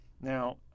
Now